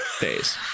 days